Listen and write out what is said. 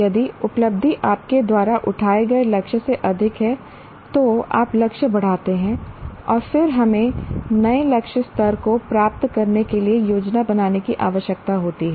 यदि उपलब्धि आपके द्वारा उठाए गए लक्ष्य से अधिक है तो आप लक्ष्य बढ़ाते हैं और फिर हमें नए लक्ष्य स्तर को प्राप्त करने के लिए योजना बनाने की आवश्यकता होती है